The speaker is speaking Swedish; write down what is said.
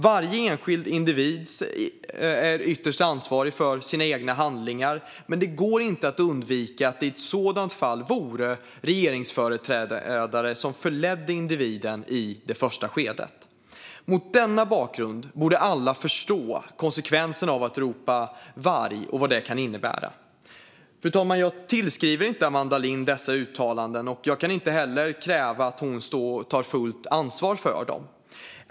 Varje enskild individ är ytterst ansvarig för sina egna handlingar, men det går inte att komma ifrån att det i ett sådant fall vore regeringsföreträdare som förledde individen i det första skedet. Mot denna bakgrund borde alla förstå konsekvenserna av att ropa varg. Fru talman! Jag tillskriver inte Amanda Lind dessa uttalanden, och jag kan inte heller kräva att hon tar fullt ansvar för dem.